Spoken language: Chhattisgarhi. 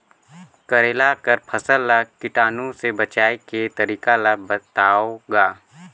करेला कर फसल ल कीटाणु से बचाय के तरीका ला बताव ग?